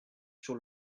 sur